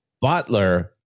Butler